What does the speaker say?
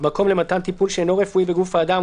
מקום למתן טיפול שאינו רפואי בגוף האדם,